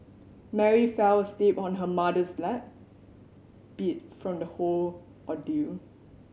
Mary fell asleep on her mother's lap beat from the whole ordeal